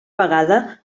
vegada